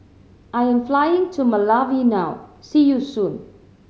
I am flying to Malawi now see you soon